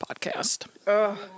podcast